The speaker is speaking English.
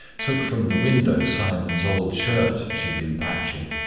took from the window simon's old shirt she had been patching,